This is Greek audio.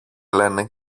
λένε